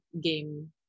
game